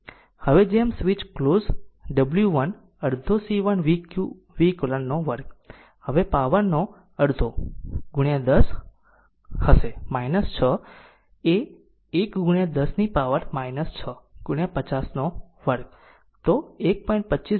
હવે જેમ switch close w 1 અડધો C1 v eq 2 હશે તે પાવરનો અડધો 10 હશે 6 1 10 પાવર 6 50 2 તો 1